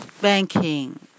banking